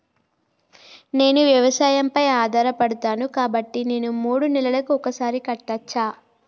నేను వ్యవసాయం పై ఆధారపడతాను కాబట్టి నేను మూడు నెలలకు ఒక్కసారి కట్టచ్చా?